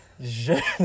Je